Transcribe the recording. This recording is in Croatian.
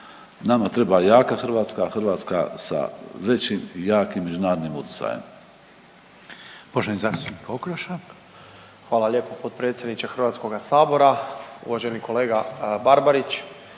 Nama treba jaka Hrvatska, Hrvatska sa većim i jakim međunarodnim utjecajem.